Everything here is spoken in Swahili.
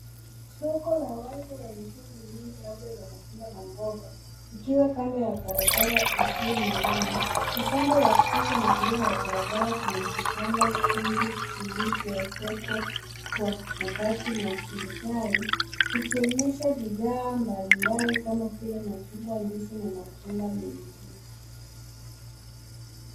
Soko la wazi lenye shughuli nyingi labda la matunda na mboga ikiwa kando ya barabara isiyo na lami. Upande wa kushoto na kulia wa barabara, kuna vibanda vingi vilivyoezekwa kwa mabati na turubai vikionyesha bidhaa mbalimbali kama vile machungwa, ndizi na matunda mengine.